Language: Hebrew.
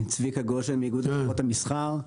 אני מאיגוד לשכות המסחר.